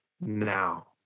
now